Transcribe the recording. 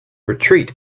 retreat